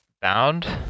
Bound